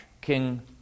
king